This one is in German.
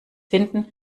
finden